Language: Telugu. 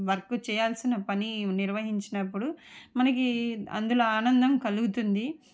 వర్కు చేయాల్సిన పని నిర్వహించినప్పుడు మనకి అందులో ఆనందం కలుగుతుంది